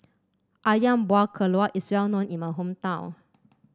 ayam Buah Keluak is well known in my hometown